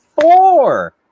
four